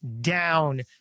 down